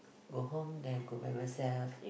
go home then I go back myself